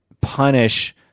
punish